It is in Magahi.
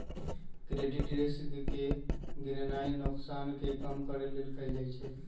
क्रेडिट रिस्क के गीणनाइ नोकसान के कम करेके लेल कएल जाइ छइ